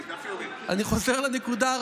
מההתחלה.